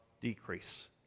decrease